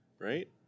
right